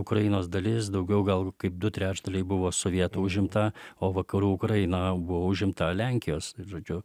ukrainos dalis daugiau gal kaip du trečdaliai buvo sovietų užimta o vakarų ukraina buvo užimta lenkijos tai žodžiu